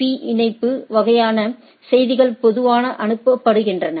பீ இணைப்பு வழியாக செய்திகள் பொதுவாக அனுப்பப்படுகின்றன